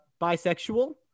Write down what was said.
bisexual